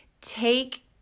take